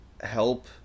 help